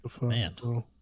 Man